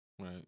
Right